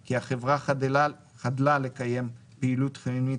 כי החברה חדלה לקיים פעילות חיונית